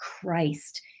Christ